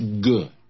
good